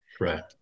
Right